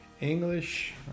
English